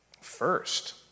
first